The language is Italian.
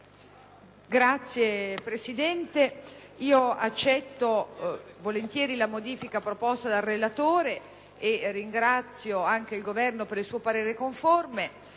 Signora Presidente, accetto volentieri la modifica proposta dal relatore e ringrazio il Governo per il suo parere conforme